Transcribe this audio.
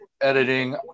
editing